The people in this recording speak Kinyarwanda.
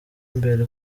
mbere